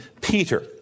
Peter